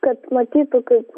kad matytų kaip